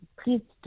please